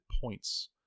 points